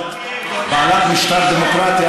בעלת המשטר הדמוקרטי,